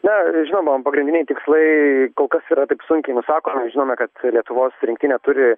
na žinoma pagrindiniai tikslai kol kas yra taip sunkiai nusakomi žinome kad lietuvos rinktinė turi